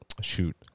shoot